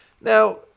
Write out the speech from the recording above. Now